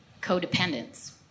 codependence